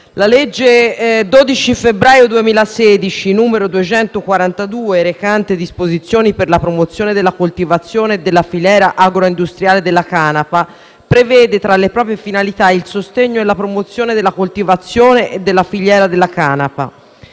242 del 12 febbraio 2016, recante disposizioni per la promozione della coltivazione e della filiera agroindustriale della canapa, prevede tra le proprie finalità il sostegno e la promozione della coltivazione e della filiera della canapa